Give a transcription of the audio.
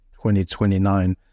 2029